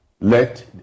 Let